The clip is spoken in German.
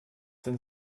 denn